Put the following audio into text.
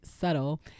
subtle